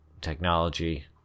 technology